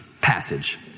passage